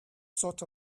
sort